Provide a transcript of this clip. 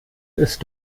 ist